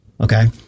Okay